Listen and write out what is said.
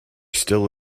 still